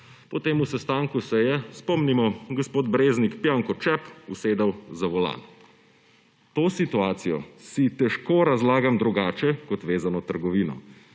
Po tem sestanku se je, spomnimo, gospod Breznik pijan kot čep usedel za volan. To situacijo si težko razlagam drugače kot vezano trgovino.